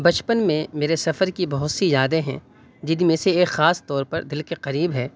بچپن میں میرے سفر کی بہت سی یادیں ہیں جن میں سے ایک خاص طور پر دل کے قریب ہے